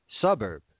suburb